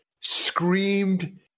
screamed